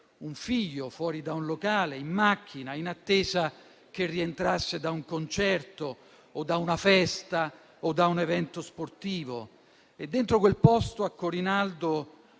un figlio fuori da un locale, in macchina, in attesa che rientrasse da un concerto, da una festa o da un evento sportivo. Dentro quel locale, a Corinaldo,